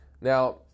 Now